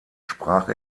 sprach